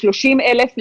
ל-30,000,